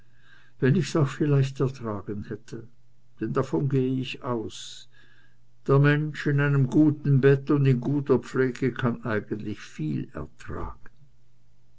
wenn ich's auch vielleicht ertragen hätte denn ich gehe davon aus der mensch in einem guten bett und in guter pflege kann eigentlich viel ertragen